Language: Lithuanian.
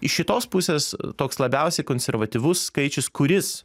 iš šitos pusės toks labiausiai konservatyvus skaičius kuris